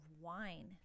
wine